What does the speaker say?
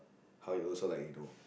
how he also like you know